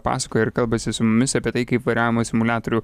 pasakoja ir kalbasi su mumis apie tai kaip vairavimo simuliatorių